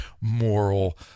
moral